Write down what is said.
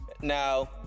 Now